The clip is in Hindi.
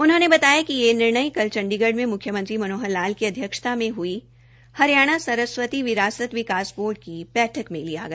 उन्होंने बताया कि यह निर्णय कल चंडीगढ़ में म्ख्यमंत्री मनोहर लाल की अध्यक्षता में हुई हरियाणा सरस्वती विरासत विकास बोर्ड की बैठक के लिया गया